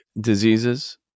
diseases